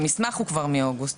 המסמך הוא כבר מאוגוסט.